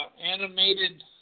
animated